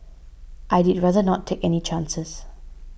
I did rather not take any chances